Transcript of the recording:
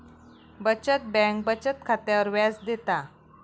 बचत बँक बचत खात्यावर व्याज देता